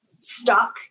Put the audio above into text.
stuck